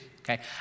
okay